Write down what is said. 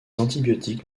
antibiotiques